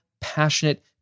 passionate